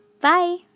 bye